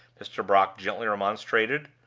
mr. brock gently remonstrated,